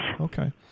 Okay